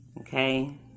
okay